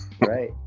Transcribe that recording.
right